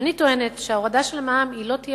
אני טוענת שההורדה של המע"מ לא תהיה